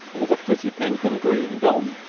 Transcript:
all the pretty pink and green gone!